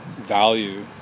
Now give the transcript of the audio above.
value